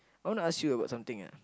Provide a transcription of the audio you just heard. I want to ask you about something ah